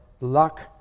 luck